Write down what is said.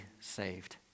saved